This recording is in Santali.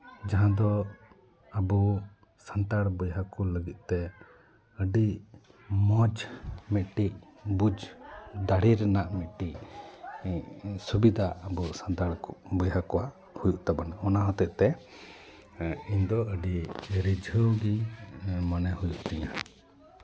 ᱡᱟᱦᱟᱸ ᱫᱚ ᱟᱵᱚ ᱥᱟᱱᱛᱟᱲ ᱵᱚᱭᱦᱟ ᱠᱚ ᱞᱟᱹᱜᱤᱫ ᱛᱮ ᱟᱹᱰᱤ ᱢᱚᱡᱽ ᱢᱤᱫᱴᱤᱡ ᱵᱩᱡᱽ ᱫᱟᱲᱮ ᱨᱮᱱᱟᱜ ᱢᱤᱫ ᱴᱤᱡ ᱥᱩᱵᱤᱫᱷᱟ ᱟᱵᱚ ᱥᱟᱱᱛᱟᱲ ᱠᱚ ᱵᱚᱭᱦᱟ ᱠᱚᱣᱟᱜ ᱦᱩᱭᱩᱜ ᱛᱟᱵᱚᱱᱟ ᱚᱱᱟ ᱦᱚᱛᱮᱜ ᱛᱮ ᱤᱧ ᱫᱚ ᱟᱹᱰᱤ ᱨᱤᱡᱷᱟᱹᱣ ᱜᱮᱧ ᱢᱚᱱᱮ ᱦᱩᱭᱩᱜ ᱛᱤᱧᱟᱹ